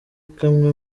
kamwe